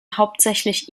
hauptsächlich